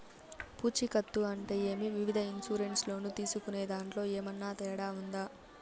పూచికత్తు అంటే ఏమి? వివిధ ఇన్సూరెన్సు లోను తీసుకునేదాంట్లో ఏమన్నా తేడా ఉందా?